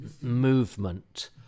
movement